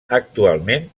actualment